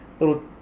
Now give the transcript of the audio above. little